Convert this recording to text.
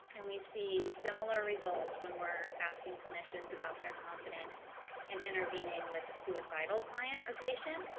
and we see similar results when we're asking clinicians about their confidence and intervening with the suicidal client or patient.